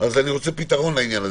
אני רוצה פתרון לזה.